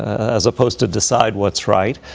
as opposed to decide what's right.